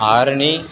Arni